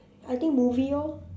I think movie orh